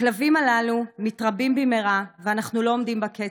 הכלבים הללו מתרבים במהרה, ואנחנו לא עומדים בקצב.